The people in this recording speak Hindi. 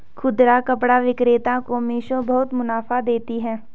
खुदरा कपड़ा विक्रेता को मिशो बहुत मुनाफा देती है